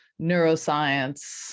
neuroscience